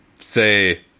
say